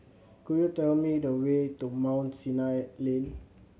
could you tell me the way to Mount Sinai Lane